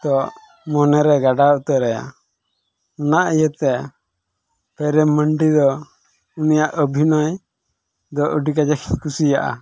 ᱠᱚ ᱢᱚᱱᱮ ᱨᱮ ᱜᱟᱰᱟᱣ ᱩᱛᱟᱹᱨᱟᱭᱟ ᱚᱱᱟ ᱤᱭᱟᱹᱛᱮ ᱯᱨᱮᱢ ᱢᱟᱹᱱᱰᱤ ᱫᱚ ᱩᱱᱤᱭᱟᱜ ᱚᱵᱷᱤᱱᱚᱭ ᱫᱚ ᱟᱹᱰᱤ ᱠᱟᱡᱟᱠ ᱤᱧ ᱠᱩᱥᱤᱭᱟᱜᱼᱟ